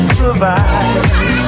survive